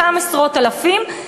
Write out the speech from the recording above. אותם עשרות אלפים,